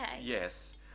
yes